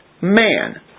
man